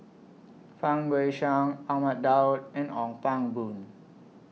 Fang Guixiang Ahmad Daud and Ong Pang Boon